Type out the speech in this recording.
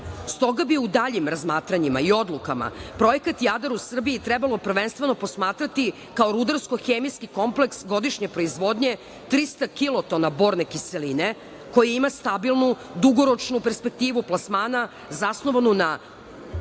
Stoga bi u daljim razmatranjima i odlukama Projekat „Jadar“ u Srbiji trebalo prvenstveno posmatrati kao rudarsko-hemijski kompleks godišnje proizvodnje 300 kilotona borne kiseline, koji ima stabilnu, dugoročnu perspektivu plasmana, zasnovanu na